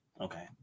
Okay